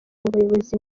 bayobozi